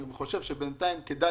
אני חושב שבינתיים כדאי,